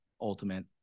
ultimate